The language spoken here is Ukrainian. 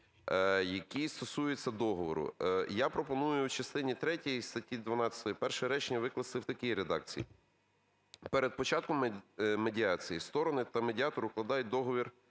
який стосується договору. Я пропоную в частині третій статті 12 перше речення викласти в такій редакції: "Перед початком медіації сторони та медіатор укладають договір